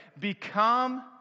Become